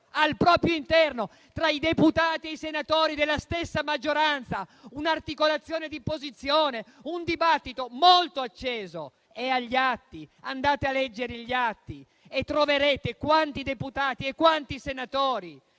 al proprio interno, tra i deputati e i senatori della stessa maggioranza, un'articolazione di posizione, un dibattito molto acceso. È agli atti, andateli a leggere, e troverete quanti deputati e quanti senatori